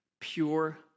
pure